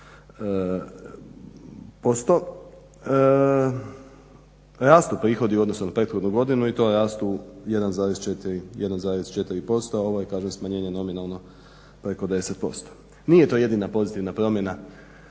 rastu prihodi u odnosu na prethodnu godinu i to rastu 1,4%, a ovo je kažem smanjenje nominalno preko 10%. Nije to jedina pozitivna promjena